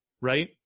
right